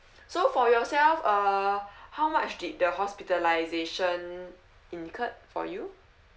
so for yourself uh how much did the hospitalisation incurred for you